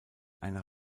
einer